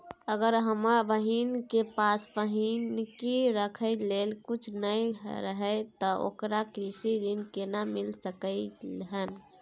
अगर हमर बहिन के पास बन्हकी रखय लेल कुछ नय हय त ओकरा कृषि ऋण केना मिल सकलय हन?